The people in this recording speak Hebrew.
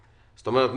זאת אומרת,